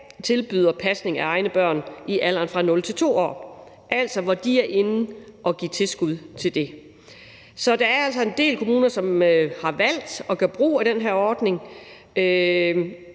forældre pasning af egne børn i alderen fra 0 til 2 år, altså hvor kommunen er inde at give tilskud til det. Så der er altså en del kommuner, som har valgt at gøre brug af den her ordning.